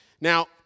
Now